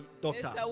doctor